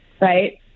right